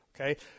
okay